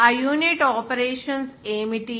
ఆ unit operations ఏమిటి